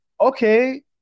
okay